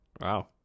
Wow